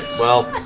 well,